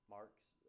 Mark's